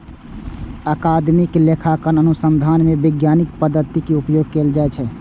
अकादमिक लेखांकन अनुसंधान मे वैज्ञानिक पद्धतिक उपयोग कैल जाइ छै